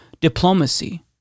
diplomacy